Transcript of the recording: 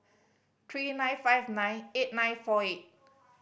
three nine five nine eight nine four eight